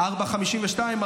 16:52,